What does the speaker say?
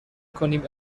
کنیم